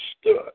stood